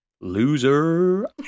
Loser